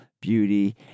beauty